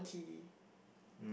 ~Kee